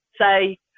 say